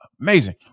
amazing